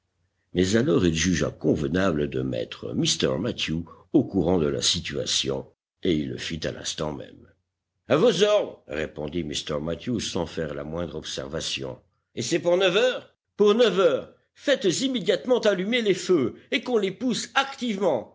mais alors il jugea convenable de mettre mr mathew au courant de la situation et il le fit à l'instant même a vos ordres répondit mr mathew sans faire la moindre observation et c'est pour neuf heures pour neuf heures faites immédiatement allumer les feux et qu'on les pousse activement